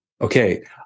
Okay